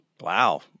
Wow